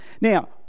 Now